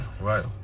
right